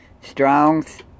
Strong's